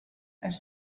ens